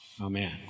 amen